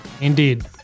indeed